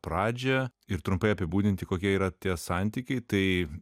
pradžią ir trumpai apibūdinti kokie yra tie santykiai tai